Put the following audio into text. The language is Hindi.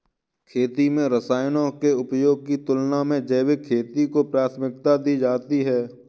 खेती में रसायनों के उपयोग की तुलना में जैविक खेती को प्राथमिकता दी जाती है